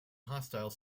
hostile